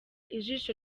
ijisho